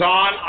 on